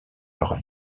leur